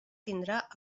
tindrà